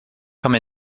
come